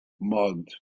mugged